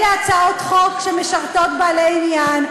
אלה הצעות חוק שמשרתות בעלי עניין,